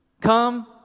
come